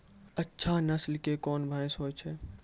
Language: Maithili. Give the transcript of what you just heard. अच्छा नस्ल के कोन भैंस होय छै?